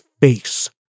face